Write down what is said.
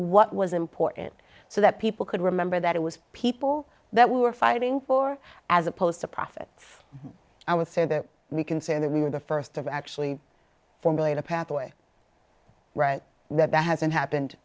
what was important so that people could remember that it was people that we were fighting for as opposed to profit i would say that we can say that we were the first of actually formulate a pathway right that that hasn't happened